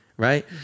Right